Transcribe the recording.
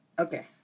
Okay